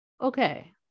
okay